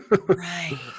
Right